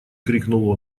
крикнул